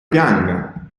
pianga